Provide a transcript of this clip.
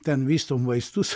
ten vystom vaistus